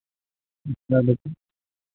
कितना रेट है